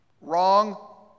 Wrong